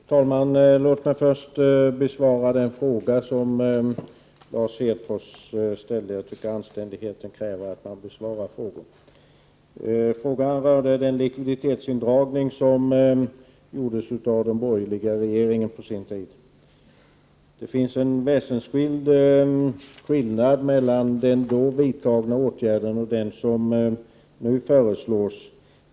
Fru talman! Låt mig först besvara den fråga som Lars Hedfors ställde. Jag tycker att anständigheten kräver att man besvarar frågor. Frågan rörde den likviditetsindragning som gjordes av den borgerliga regeringen på sin tid. Det finns en väsentlig skillnad mellan den då vidtagna åtgärden och den som nu föreslås.